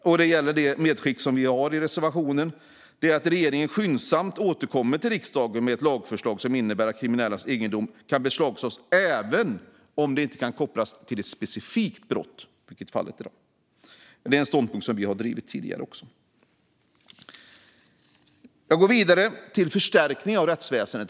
Socialdemokraterna vill att regeringen skyndsamt återkommer till riksdagen med ett lagförslag som innebär att kriminellas egendom kan beslagtas även om den inte kan kopplas till ett specifikt brott, vilket inte är fallet i dag. Det är en ståndpunkt som vi har drivit tidigare också. Jag går vidare till ämnet förstärkning av rättsväsendet.